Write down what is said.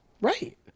Right